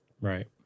Right